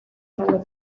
izango